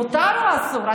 מותר או אסור?